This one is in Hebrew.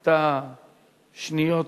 את השניות